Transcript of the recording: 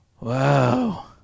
Wow